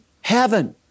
heaven